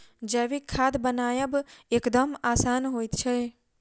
जैविक खाद बनायब एकदम आसान होइत छै